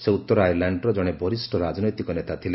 ସେ ଉତ୍ତର ଆୟାରଲାଣ୍ଡର ଜଣେ ବରିଷ୍ଣ ରାଜନୈତିକ ନେତା ଥିଲେ